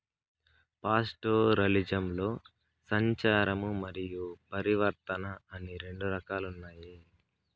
పాస్టోరలిజంలో సంచారము మరియు పరివర్తన అని రెండు రకాలు ఉన్నాయి